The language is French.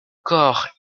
corps